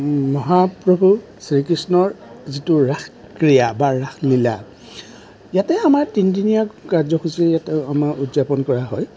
মহাপ্ৰভু শ্ৰীকৃষ্ণৰ যিটো ৰাসক্ৰিয়া বা ৰাসলীলা ইয়াতে আমাৰ তিনিদিনীয়া কাৰ্যসূচীৰে ইয়াতে আমাৰ উদযাপন কৰা হয়